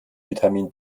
vitamin